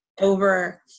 over